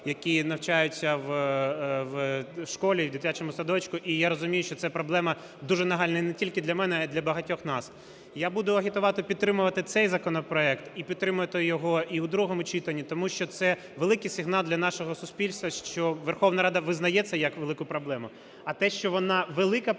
які навчаються в школі і дитячому садочку, і я розумію, що це проблема дуже нагальна і не тільки для мене, а й для багатьох нас. Я буду агітувати підтримувати цей законопроект і підтримати його і в другому читанні, тому що це великий сигнал для нашого суспільства, що Верховна Рада визнає це як велику проблему. А те, що вона велика